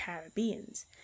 Caribbeans